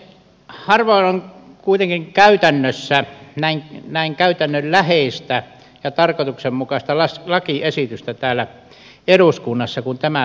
harvoin on kuitenkaan käytännössä näin käytännönläheistä ja tarkoituksenmukaista lakiesitystä täällä eduskunnassa kuin tämä lakiesitys on